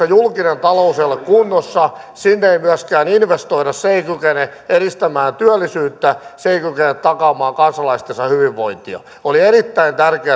julkinen talous ei ole kunnossa ei myöskään investoida se ei kykene edistämään työllisyyttä se ei kykene takaamaan kansalaistensa hyvinvointia oli erittäin tärkeää